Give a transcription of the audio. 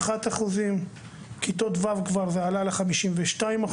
51%, כיתות ו' 52%,